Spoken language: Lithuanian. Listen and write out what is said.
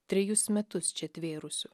trejus metus čia tvėrusių